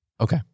Okay